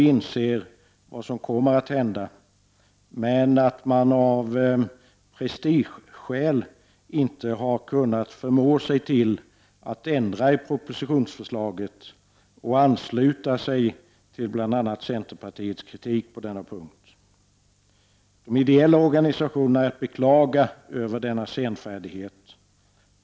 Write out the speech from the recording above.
1989/90:140 vad som kommer att hända men att man av prestigeskäl inte har kunnat = 13 juni 1990 förmå sig att ändra i propositionsförslaget och ansluta sig till bl.a. centerpartiets kritik på denna punkt. De ideella organisationerna är att beklaga på grund av denna senfärdighet.